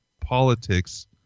politics